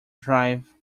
drive